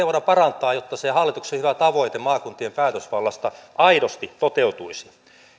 voidaan parantaa jotta se hallituksen hyvä tavoite maakuntien päätösvallasta aidosti toteutuisi